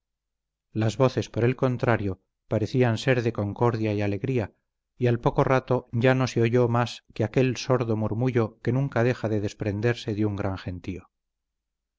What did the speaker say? las voces por el contrario parecían ser de concordia y alegría y al poco rato ya no se oyó más que aquel sordo murmullo que nunca deja de desprenderse de un gran gentío